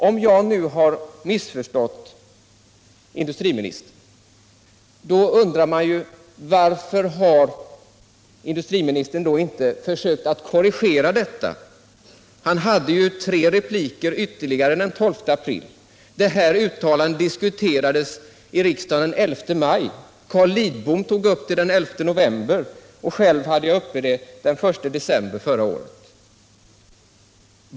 Om jag nu har missförstått industriministern, undrar jag varför industriministern då inte har försökt korrigera detta. Han hade ju tre repliker ytterligare den 12 april. Det här uttalandet diskuterades i riksdagen den 11 maj. Carl Lidbom tog upp det den 11 november, och själv tog jag upp det den 1 december förra året.